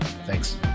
Thanks